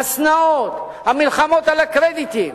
השנאות והמלחמות על קרדיטים,